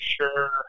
sure